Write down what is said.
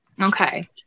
Okay